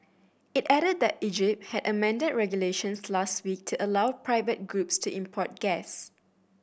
it added that Egypt had amended regulations last week to allow private groups to import gas